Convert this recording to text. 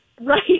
right